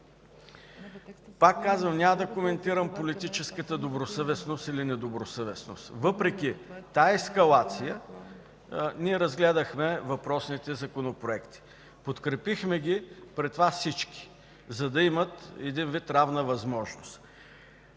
Пак казвам, няма да коментирам политическата добросъвестност или недобросъвестност. Въпреки тази ескалация, ние разгледахме въпросните законопроекти, подкрепихме ги, при това всички, за да имат, един вид, равна възможност.